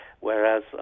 whereas